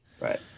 Right